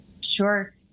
Sure